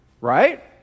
right